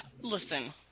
listen